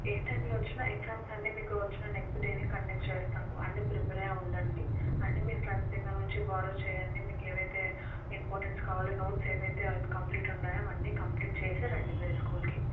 ఏ టైమ్లో వచ్చిన ఎగ్జామ్స్ అన్నీ మీకు వచ్చిన నెక్స్ట్ డేనే కండక్ట్ చేస్తాము అన్నీ ప్రిపేర్ అయ్యి ఉండండి అన్నీ మీ ఫ్రెండ్స్ దగ్గర నుంచి బారో చేయండి మీకు ఏవైతే ఇంపార్టెన్స్ కావాలో నోట్స్ ఏవైతే ఇన్కంప్లీట్ ఉన్నాయో అవన్నీ కంప్లీట్ చేసే రండి మీరు స్కూల్కి